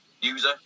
user